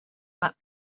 but